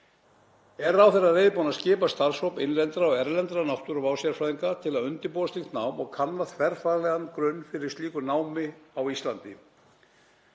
Er ráðherra reiðubúinn að skipa starfshóp innlendra og erlendra náttúruvársérfræðinga til að undirbúa slíkt nám og kanna þverfaglegan grunn fyrir slíku námi á Íslandi?